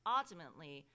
Ultimately